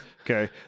Okay